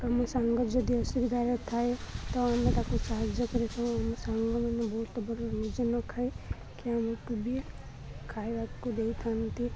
ଆମ ସାଙ୍ଗ ଯଦି ଅସୁବିଧାରେ ଥାଏ ତ ଆମେ ତାକୁ ସାହାଯ୍ୟ କରିଥାଉ ଆମ ସାଙ୍ଗମାନେ ବହୁତ ବଡ଼ କି ଆମକୁ ବି ଖାଇବାକୁ ଦେଇଥାନ୍ତି